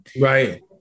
Right